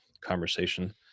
conversation